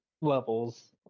levels